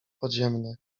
podziemny